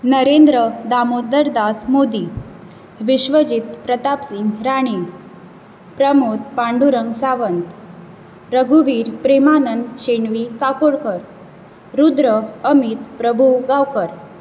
नरेंद्र दामोदरदास मोदी विश्वजीत प्रतापसिंग राणे प्रमोद पाडुरंग सावंत रघुवीर प्रेमानंद शेणवी काकोडकर रुद्र अमीत प्रभु गांवकर